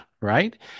right